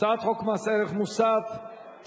הצעת חוק מס ערך מוסף (תיקון,